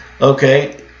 okay